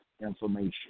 information